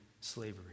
slavery